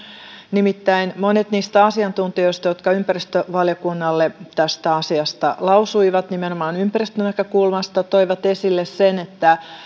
nimittäin monet niistä asiantuntijoista jotka ympäristövaliokunnalle tästä asiasta lausuivat nimenomaan ympäristönäkökulmasta toivat esille sen että